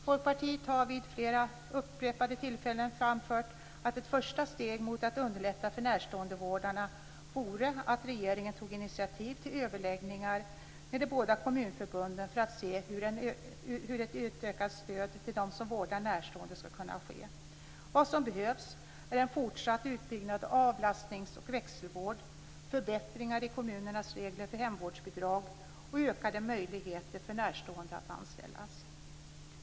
Folkpartiet har vid upprepade tillfällen framfört att ett första steg mot att underlätta för närståendevårdarna vore att regeringen tog initiativ till överläggningar med de båda kommunförbunden för att se hur ett utökat stöd till dem som vårdar närstående skall kunna komma till stånd. Vad som behövs är en fortsatt utbyggnad av avlastnings och växelvård, förbättringar av kommunernas regler för hemvårdsbidrag och ökade möjligheter för närstående att anställas.